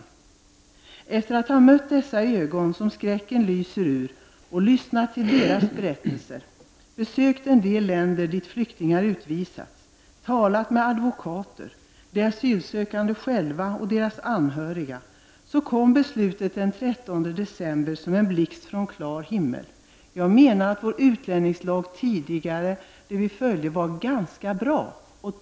Efter att ha mött dessa flyktingars ögon som skräcken lyser ur och lyssnat på deras berättelser, besökt en del länder dit flyktingar utvisats, talat med advokater, de asylsökande själva och deras anhöriga, kom beslutet den 13 december som en blixt från en klar himmel. Jag menar att vår utlänningslag tidigare var ganska bra.